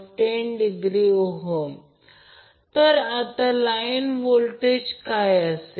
5° अँपिअरच्या खाली current dimension असेल